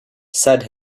said